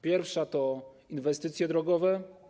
Pierwsza to inwestycje drogowe.